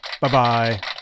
Bye-bye